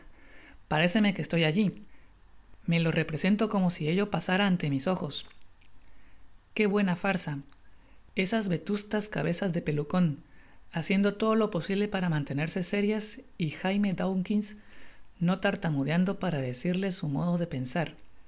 ah parécemeque estoy alli me lo represento como si ello pasára ante mis ojos qué buena farza esas vetustas cabezas de pelucon haciendo iodo lo posible para mantenerse sérias y jaime dawkins no tar lamudeaudo para decirles su modo de pensar